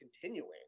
continuing